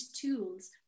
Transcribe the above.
tools